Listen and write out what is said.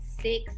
six